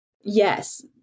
Yes